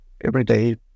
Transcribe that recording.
everyday